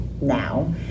now